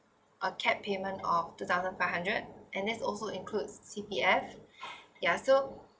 a capped payment of two thousand five hundred and this also include C_P_F ya so